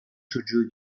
çocuğu